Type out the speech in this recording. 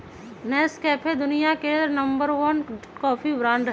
Nescafe दुनिया के number one coffee brand हई